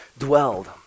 dwelled